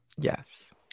Yes